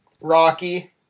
Rocky